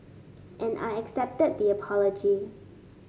and I accepted the apology